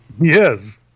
yes